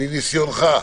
מניסיונך.